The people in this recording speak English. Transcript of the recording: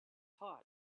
hot